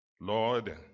Lord